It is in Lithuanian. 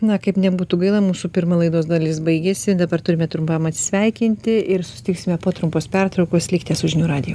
na kaip nebūtų gaila mūsų pirma laidos dalis baigėsi dabar turime trumpam atsisveikinti ir susitiksime po trumpos pertraukos likite su žinių radiju